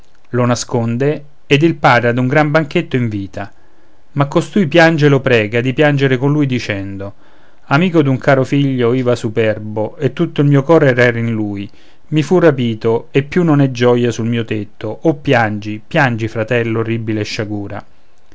lo nasconde ed il padre a un gran banchetto invita ma costui piange e lo prega di piangere con lui dicendo amico d'un caro figlio iva superbo e tutto il mio cor era in lui mi fu rapito più non è gioia sul mio tetto oh piangi piangi fratel l'orribile sciagura